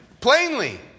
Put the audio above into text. plainly